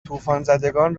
طوفانزدگان